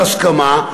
אולי בהסכמה.